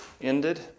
ended